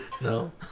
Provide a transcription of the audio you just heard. No